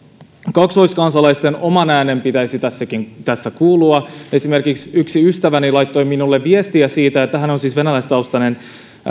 kaksoiskansalaisten oman äänen pitäisi tässä kuulua esimerkiksi yksi ystäväni laittoi minulle viestiä siitä hän on siis venäläistaustainen